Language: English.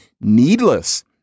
needless